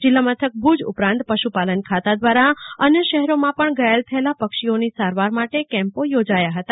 જિલ્લા મથક ભુજ ઉપરાંત પશુપાલન ખાતા દ્વારા અન્ય શહેરોમાં પણ ઘાયલ થયેલા પક્ષીઓની સારવાર માટે કેમ્પો યોજયા હતા